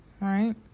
right